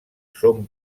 són